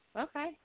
Okay